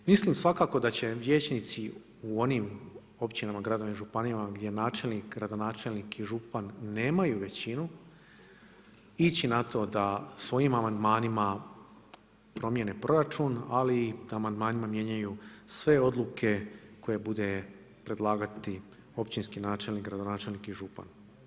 Mislim svakako da će vijećnici u onim općinama, gradovima i županijama gdje načelnik, gradonačelnik i župan nemaju većinu ići na to da svojim amandmanima promijene proračun ali da i amandmanima mijenjaju sve odluke koje bude predlagati općinski načelnik, gradonačelnik i župan.